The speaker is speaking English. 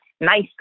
nice